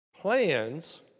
plans